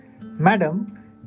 Madam